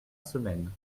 semaine